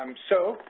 um so,